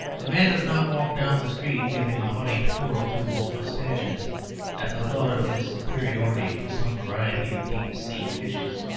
a man does not walk down the street giving a haughty twirl to his moustaches at the thought of his superiority to some variety of deep-sea fishes.